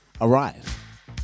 Arrive